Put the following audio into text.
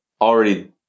already